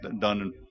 done